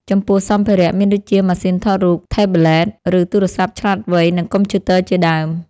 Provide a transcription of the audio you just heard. ចំពោះសម្ភារ:មានដូចជា ម៉ាស៉ីនថតរូប ថេប្លេត ឬទូរសព្ទឆ្លាតវៃ និងកុំព្យូទ័រជាដើម។